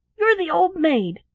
you're the old maid.